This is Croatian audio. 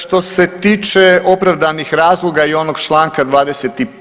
Što se tiče opravdanih razloga i onog članka 25.